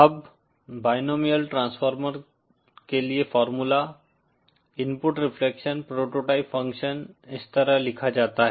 अब binomial transformer के लिए formula input reflection prototype function इस तरह लिखा जाता है